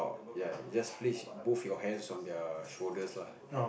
ya just place both your hands on their shoulders lah